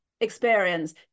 experience